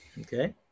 Okay